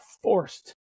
forced